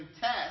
test